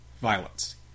violence